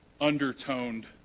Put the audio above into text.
undertoned